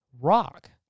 rock